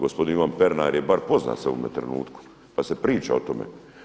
Gospodin Ivan Pernar je bar poznat sad u ovome trenutku, pa se priča o tome.